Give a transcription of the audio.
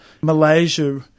Malaysia